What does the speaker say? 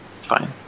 fine